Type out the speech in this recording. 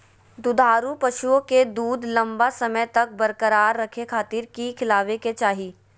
दुधारू पशुओं के दूध लंबा समय तक बरकरार रखे खातिर की खिलावे के चाही?